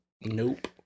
Nope